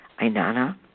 Ainana